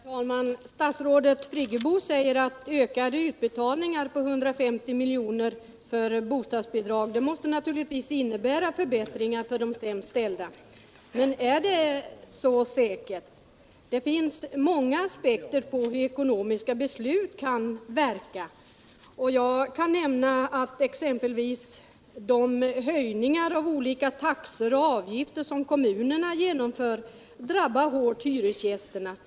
Herr talman! Statsrådet Friggebo säger att de ökade utbetalningarna på 150 milj.kr. 1 bostadsbidrag naturligtvis måste innebära förbättringar för de sämst ställda. Men är det så säkert? Det finns många aspekter på hur ekonomiska beslut kan verka. Jag kan nämna att exempelvis de höjningar av olika taxor och avgifter som kommunerna genomför drabbar hyresgästerna hårt.